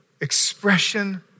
expression